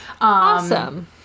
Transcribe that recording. Awesome